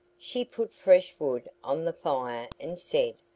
she put fresh wood on the fire and said,